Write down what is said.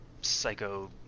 psycho